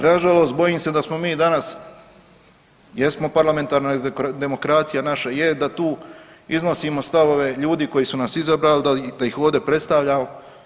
Pa na žalost bojim se da smo mi danas jesmo parlamentarna demokracija, naše je da tu iznosimo stavove ljudi koji su nas izabrali, da ih ovdje predstavljamo.